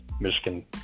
Michigan